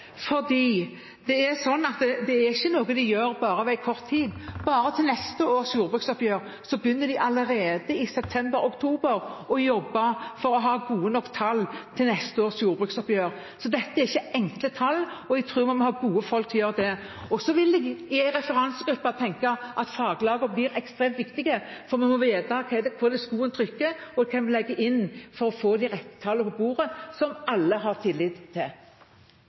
det er ikke noe vi gjør bare over en kort tid. Bare for neste års jordbruksoppgjør begynner de allerede i september–oktober å jobbe for å ha gode nok tall. Dette er ikke enkle tall, og jeg tror vi må gode folk til å gjøre det. Så vil jeg tenke at i en referansegruppe blir faglagene ekstremt viktige, for vi må vite hvor skoen trykker, og hva vi legger inn for å få de rette tallene på bordet som alle har tillit til.